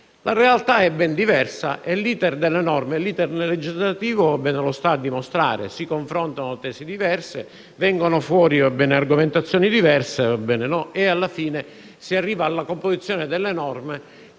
La realtà è, infatti, ben diversa e l'*iter* legislativo lo sta a dimostrare: si confrontano tesi diversi; vengono fuori argomentazioni diverse e alla fine si arriva alla composizione delle norme